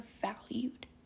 valued